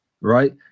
right